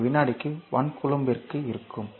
இது ஒரு வினாடிக்கு 1 கூலொம்பிற்கு இருக்கும்